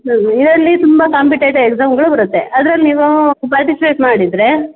yearly ತುಂಬ competitive ಎಕ್ಸಾಮ್ಗಳು ಬರುತ್ತೆ ಅದ್ರಲ್ಲಿ ನೀವು ಪಾರ್ಟಿಸಿಪೇಟ್ ಮಾಡಿದರೆ